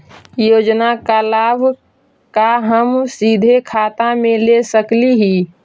योजना का लाभ का हम सीधे खाता में ले सकली ही?